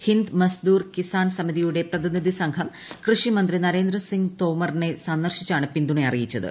ഹിന്ദ് മസ്ദൂർ കിസാൻ സമിതിയുടെ പ്രതിനിധി സംഘം കൃഷി മന്ത്രി നരേന്ദ്ര സിംഗ് തോമറിനെ സന്ദർശിച്ചാണ് പിന്തുണ അറിയിച്ചത്